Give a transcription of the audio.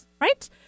Right